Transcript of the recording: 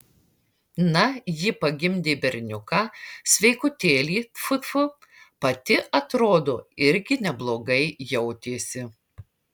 na ji pagimdė berniuką sveikutėlį tfu tfu pati atrodo irgi neblogai jautėsi